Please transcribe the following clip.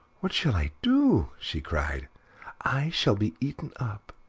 what shall i do? she cried i shall be eaten up,